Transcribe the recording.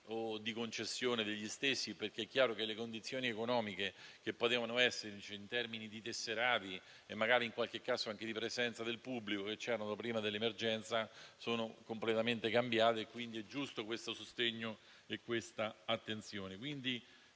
e di concessione degli impianti, perché è chiaro che le condizioni economiche che potevano esserci, in termini di tesserati e magari, in qualche caso, anche di presenza del pubblico, prima dell'emergenza sono completamente cambiate. Quindi, sono giusti questo sostegno e questa attenzione.